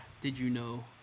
did-you-know